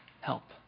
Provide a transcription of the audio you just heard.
Help